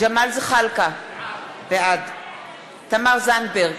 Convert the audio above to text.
ג'מאל זחאלקה, בעד תמר זנדברג,